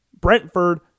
Brentford